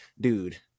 dude